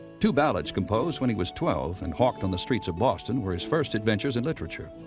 two ballads composed when he was twelve and hawked on the streets of boston were his first adventures in literature.